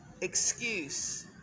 excuse